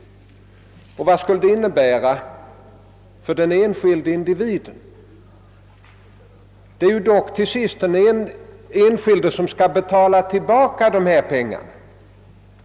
Men vad skulle detta innebära för den enskilde individen? Det är dock till sist den enskilde som måste betala tillbaka dessa pengar!